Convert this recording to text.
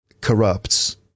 corrupts